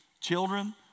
children